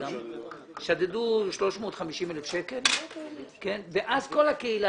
כאשר שדדו 350,000 שקלים ואז כל הקהילה